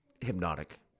hypnotic